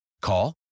Call